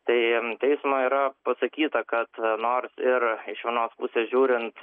tai teismo yra pasakyta kad nors ir iš vienos pusės žiūrint